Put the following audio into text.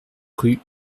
rue